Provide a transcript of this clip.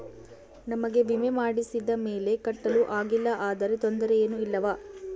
ನಮಗೆ ವಿಮೆ ಮಾಡಿಸಿದ ಮೇಲೆ ಕಟ್ಟಲು ಆಗಿಲ್ಲ ಆದರೆ ತೊಂದರೆ ಏನು ಇಲ್ಲವಾ?